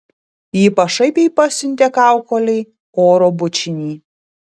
ji pašaipiai pasiuntė kaukolei oro bučinį